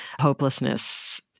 hopelessness